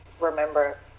remember